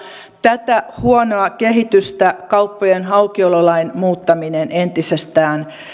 tätä huonoa kehitystä kauppojen aukiololain muuttaminen entisestään